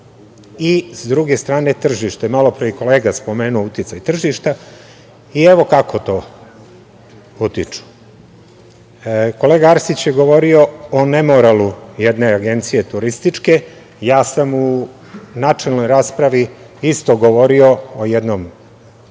i s druge strane tržište. Malopre je i kolega spomenuo uticaj tržišta i evo kako utiču. Kolega Arsić je govorio o nemoralu jedne agencije turističke. Ja sam u načelnoj raspravi isto govorio o jednom